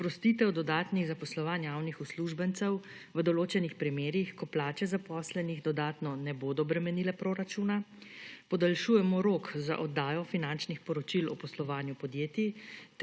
sprostitev dodatnih zaposlovanj javnih uslužbencev v določenih primerih, ko plače zaposlenih dodatno ne bodo bremenile proračuna, podaljšujemo rok za oddajo finančnih poročil o poslovanju podjetij